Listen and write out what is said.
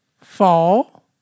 fall